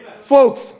Folks